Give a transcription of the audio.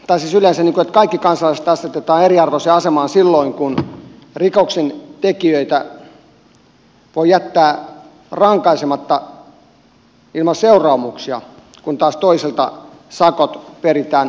pasi sulosen että kaikki kansalaiset asetetaan eriarvoiseen asemaan silloin kun rikoksentekijöitä voi jättää rankaisematta ilman seuraamuksia kun taas toisilta sakot peritään ulosoton kautta